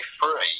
free